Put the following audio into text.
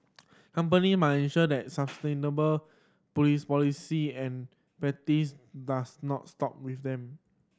company must ensure that sustainable police policy and practices does not stop with them